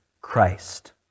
Christ